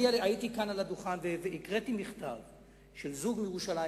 הייתי כאן על הדוכן והקראתי מכתב של זוג מירושלים,